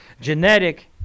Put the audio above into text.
genetic